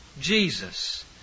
Jesus